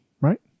right